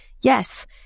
Yes